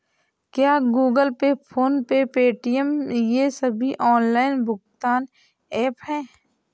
क्या Google Pay PhonePe Paytm ये सभी ऑनलाइन भुगतान ऐप हैं?